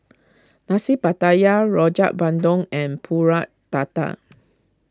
Nasi Pattaya Rojak Bandung and Pulut Tatal